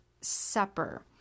Supper